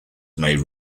may